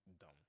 dumb